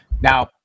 now